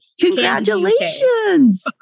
congratulations